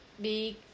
big